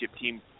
team